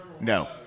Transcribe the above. No